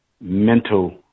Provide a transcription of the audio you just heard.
mental